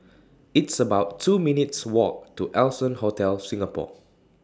It's about two minutes' Walk to Allson Hotel Singapore